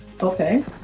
Okay